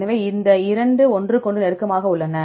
எனவே எந்த இரண்டு ஒன்றுக்கொன்று நெருக்கமாக உள்ளன